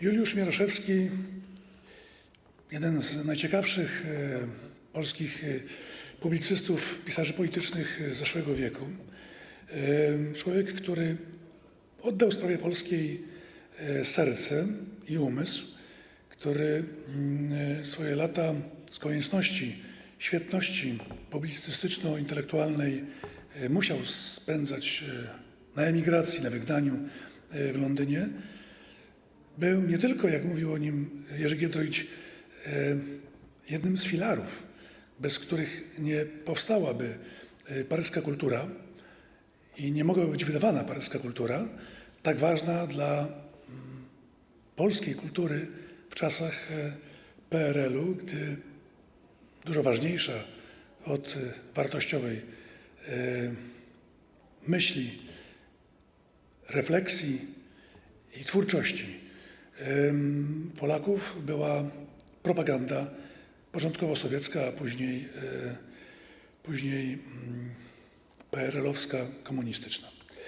Juliusz Mieroszewski, jeden z najciekawszych polskich publicystów, pisarzy politycznych zeszłego wieku, człowiek, który oddał sprawie polskiej serce i umysł, który swoje lata świetności publicystyczno-intelektualnej z konieczności musiał spędzać na emigracji, na wygnaniu w Londynie, był nie tylko, jak mówił o nim Jerzy Giedroyć, jednym z filarów, bez których nie powstałaby paryska ˝Kultura˝ i nie mogłaby być wydawana paryska ˝Kultura˝, tak ważna dla polskiej kultury w czasach PRL-u, gdy dużo ważniejsza od wartościowej myśli, refleksji i twórczości Polaków była propaganda, początkowo sowiecka, a później PRL-owska, komunistyczna.